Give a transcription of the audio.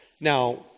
Now